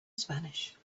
spanish